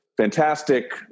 fantastic